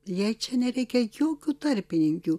jai čia nereikia jokių tarpininkių